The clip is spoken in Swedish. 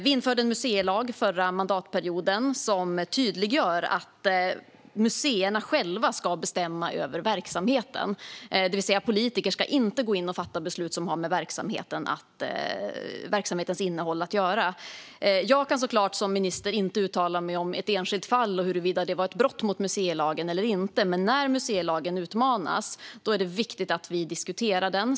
Vi införde en museilag förra mandatperioden som tydliggör att museerna själva ska bestämma över verksamheten, det vill säga att politiker inte ska gå in och fatta beslut som har med verksamhetens innehåll att göra. Jag som minister kan såklart inte uttala mig om ett enskilt fall och huruvida det var ett brott mot museilagen eller inte. Men när museilagen utmanas är det viktigt att vi diskuterar den.